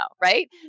Right